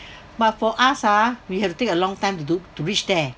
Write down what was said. but for us ah we have to take a long time to do to reach there